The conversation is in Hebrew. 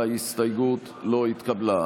ההסתייגות לא התקבלה.